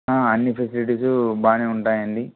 అన్ని ఫెసిలిటీస్ బాగానే ఉంటాయండి